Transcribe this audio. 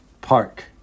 Park